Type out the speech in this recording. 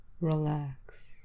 relax